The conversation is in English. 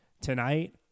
Tonight